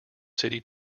city